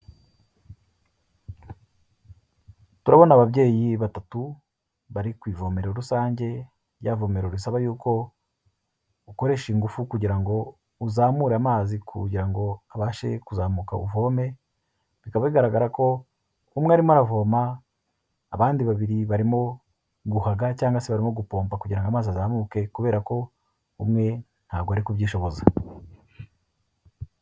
Turabona ababyeyi batatu, bari ku ivomero rusange, rya vomero bisaba yuko ukoresha ingufu kugira ngo uzamure amazi kugira ngo abashe kuzamuka uvome, bikaba bigaragara ko umwe arimo aravoma, abandi babiri barimo guhaga cyangwa se barimo gupompa, kugira ngo amazi azamuke, kubera ko umwe ntabwo ari kubyishoboza.